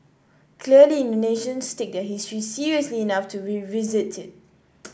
clearly Indonesians take their history seriously enough to revisit it